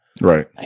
Right